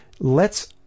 lets